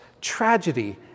tragedy